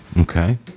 okay